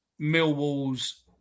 Millwall's